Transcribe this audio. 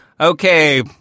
okay